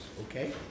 Okay